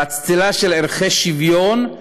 באצטלה של ערכי שוויון,